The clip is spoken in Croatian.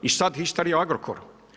I sad histerija Agrokora.